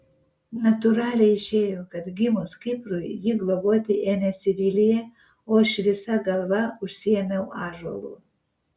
natūraliai išėjo kad gimus kiprui jį globoti ėmėsi vilija o aš visa galva užsiėmiau ąžuolu